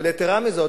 אבל יתירה מזאת,